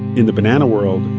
in the banana world,